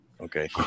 Okay